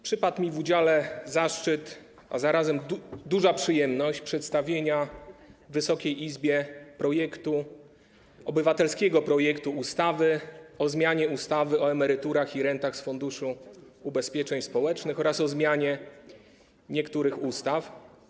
Przypadł mi w udziale zaszczyt - a zarazem jest to duża przyjemność - przedstawienia Wysokiej Izbie obywatelskiego projektu ustawy o zmianie ustawy o emeryturach i rentach z Funduszu Ubezpieczeń Społecznych oraz o zmianie niektórych ustaw.